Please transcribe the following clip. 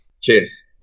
Cheers